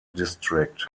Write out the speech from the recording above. district